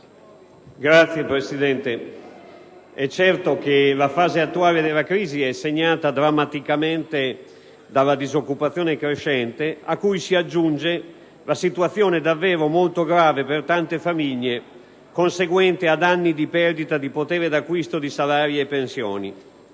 Signor Presidente, è certo che la fase attuale della crisi è segnata drammaticamente dalla disoccupazione crescente, a cui si aggiunge la situazione davvero molto grave per tante famiglie conseguente ad anni di perdita di potere d'acquisto di salari e pensioni;